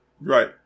Right